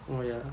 oh ya